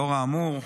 לאור האמור,